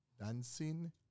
Dancing